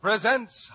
Presents